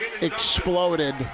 exploded